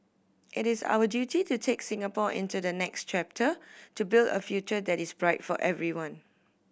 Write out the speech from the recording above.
it is our duty to take Singapore into the next chapter to build a future that is bright for everyone